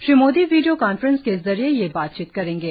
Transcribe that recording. Shri Modi video conference के जरिए ये बातचीत करेंगे